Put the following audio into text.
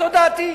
זו דעתי.